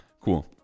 cool